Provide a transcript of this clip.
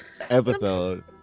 episode